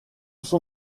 son